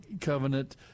covenant